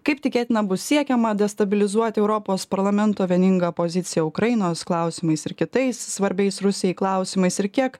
kaip tikėtina bus siekiama destabilizuoti europos parlamento vieningą poziciją ukrainos klausimais ir kitais svarbiais rusijai klausimais ir kiek